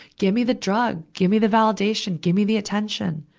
gimme the drug, gimme the validation. gimme the attention.